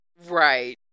Right